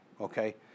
okay